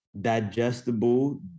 digestible